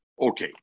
okay